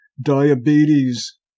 diabetes